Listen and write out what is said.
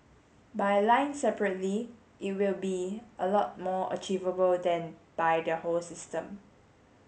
by line separately it will be a lot more achievable than by the whole system